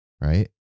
Right